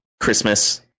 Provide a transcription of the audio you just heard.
Christmas